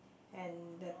and the